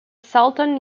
salton